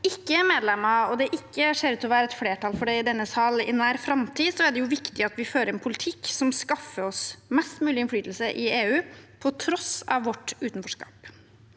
ikke er medlemmer og det ikke ser ut til å være et flertall for det i denne sal i nær framtid, er det viktig at vi fører en politikk som skaffer oss mest mulig innflytelse i EU, på tross av vårt utenforskap.